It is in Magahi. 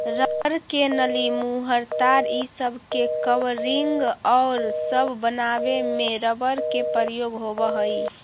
रबर के नली, मुहर, तार इ सब के कवरिंग औउर सब बनावे में रबर के प्रयोग होवऽ हई